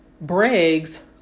Briggs